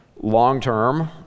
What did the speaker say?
long-term